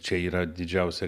čia yra didžiausia